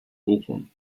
bochum